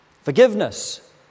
forgiveness